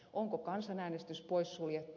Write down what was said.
onko kansanäänestys poissuljettu